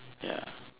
ya